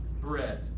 bread